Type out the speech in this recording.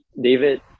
David